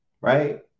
right